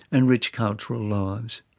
and rich cultural lives.